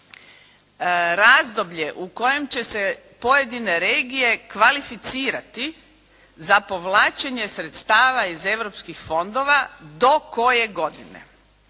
razdoblje u kojem će se pojedine regije kvalificirati za povlačenje sredstava iz europskih fondova do koje godine.